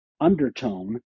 undertone